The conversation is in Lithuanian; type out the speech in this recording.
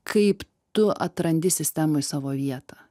kaip tu atrandi sistemoj savo vietą